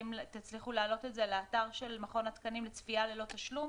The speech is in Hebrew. תצליחו להעלות את זה לאתר של מכון התקנים לצפייה ללא תשלום,